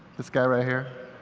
this guy right here?